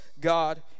God